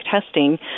testing